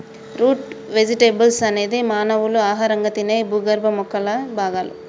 route vegetables అనేది మానవులు ఆహారంగా తినే భూగర్భ మొక్కల భాగాలు